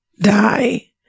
Die